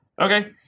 Okay